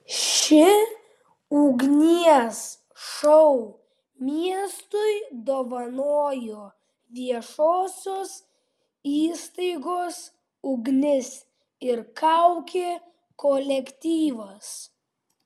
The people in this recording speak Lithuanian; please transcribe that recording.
šį ugnies šou miestui dovanojo viešosios įstaigos ugnis ir kaukė kolektyvas